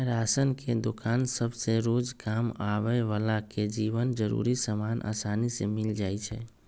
ration के दोकान सभसे रोजकाम आबय बला के जीवन के जरूरी समान असानी से मिल जाइ छइ